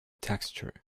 texture